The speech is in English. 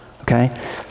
okay